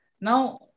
Now